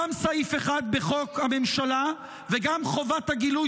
גם סעיף 1 בחוק הממשלה וגם חובת הגילוי